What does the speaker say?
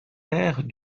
airs